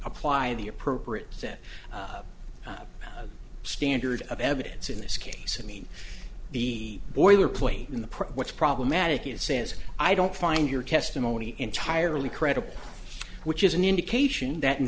apply the appropriate set up standard of evidence in this case i mean the boilerplate in the what's problematic and since i don't find your testimony entirely credible which is an indication that in